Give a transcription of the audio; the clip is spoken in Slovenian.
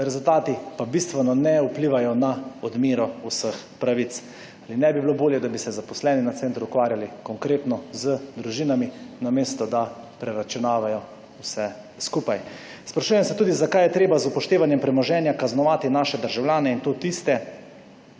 Ti rezultati pa bistveno ne vplivajo na odmero vseh pravic. Nebi bilo bolje, da bi se zaposleni na centru ukvarjali konkretno z družinami namesto, da preračunavajo vse skupaj? Sprašujem se tudi, zakaj je treba z upoštevanjem premoženja kaznovati naše državljane, in to tiste,